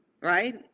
right